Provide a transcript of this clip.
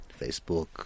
Facebook